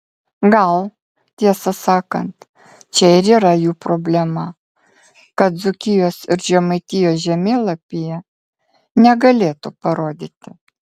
gal tiesą sakant čia ir yra jų problema kad dzūkijos ir žemaitijos žemėlapyje negalėtų parodyti